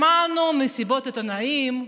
שמענו מסיבות עיתונאים,